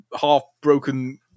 half-broken